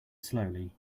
slowly